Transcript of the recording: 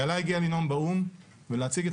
איילה הגיעה לנאום באו"ם ולהציג את